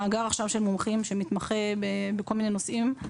יש מאגר של מומחים שמתמחה בכול מיני נושאים.